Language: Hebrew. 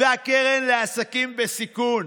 הקרן לעסקים בסיכון